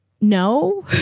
no